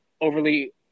overly